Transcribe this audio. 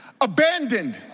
abandoned